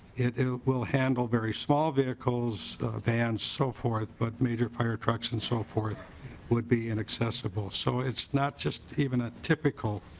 will handle very small vehicles man's so forth but major fire trucks and so forth would be inaccessible. so it's not just even a typical